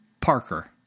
Parker